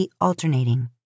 alternating